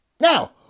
Now